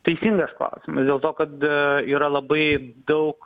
teisingas klausimas dėl to kad yra labai daug